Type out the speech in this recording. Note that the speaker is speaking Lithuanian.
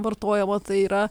vartojama tai yra